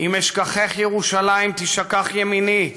"אם אשכחך ירושלים תישכח ימיני",